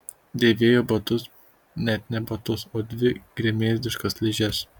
dėvėjo batus net ne batus o dvi gremėzdiškas ližes